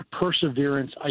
Perseverance